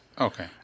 Okay